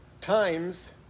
times